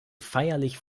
feierlich